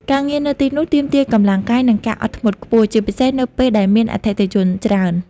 ការងារនៅទីនោះទាមទារកម្លាំងកាយ និងការអត់ធ្មត់ខ្ពស់ ជាពិសេសនៅពេលដែលមានអតិថិជនច្រើន។